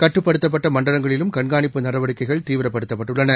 கட்டுப்படுத்தப்பட்ட மண்டலங்களிலும் கண்காணிப்பு நடவடிக்கைகள் தீவிரப்படுத்தப்பட்டுள்ளன